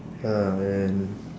ya and